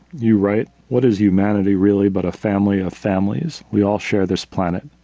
you write what is humanity really, but a family of families, we all share this planet.